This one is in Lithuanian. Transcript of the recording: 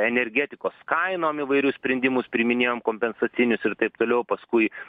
energetikos kainom įvairius sprendimus priiminėjom kompensacinius ir taip toliau paskui